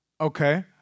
okay